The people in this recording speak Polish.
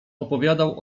opowiadał